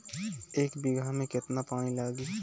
एक बिगहा में केतना पानी लागी?